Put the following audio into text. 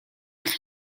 eich